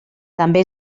també